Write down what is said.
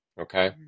okay